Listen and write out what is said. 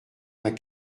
vingt